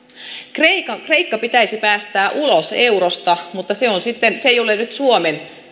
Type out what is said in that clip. kreikka pitäisi päästää ulos eurosta mutta se asia ei ole nyt suomen